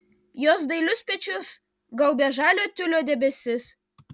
jos dailius pečius gaubė žalio tiulio debesis